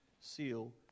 seal